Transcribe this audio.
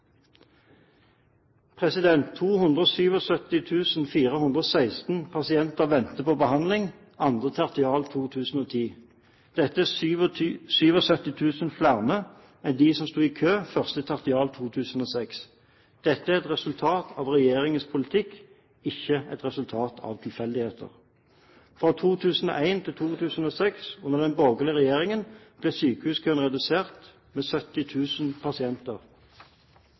416 pasienter venter på behandling 2. tertial 2010. Det er ca. 77 000 flere enn de som sto i kø 1. tertial 2006. Dette er et resultat av regjeringens politikk, ikke et resultat av tilfeldigheter. Fra 2001 til 2006, under den borgerlige regjeringen, ble sykehuskøen redusert med 70 000 pasienter.